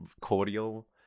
cordial